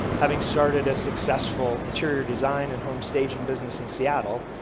having started a successful interior design and home staging business in seattle.